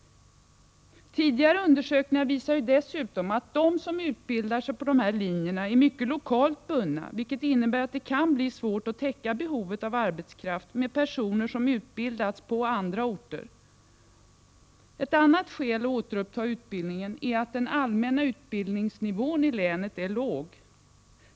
Tidigare undersökningar visar dessutom att de som utbildar sig på dessa linjer är mycket lokalt bundna, vilket innebär att det kan bli svårt att täcka behovet av arbetskraft med personer som utbildats på andra orter. Ett annat skäl att återuppta utbildningen är att den allmänna utbildningsnivån i länet är låg.